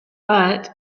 but